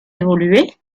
évolué